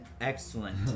Excellent